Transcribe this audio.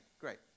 great